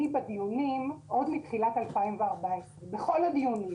אני משתתפת בדיונים עוד מתחילת 2014. בכל הדיונים.